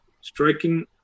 Striking